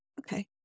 okay